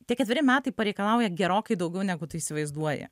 tie ketveri metai pareikalauja gerokai daugiau negu tu įsivaizduoji